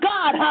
God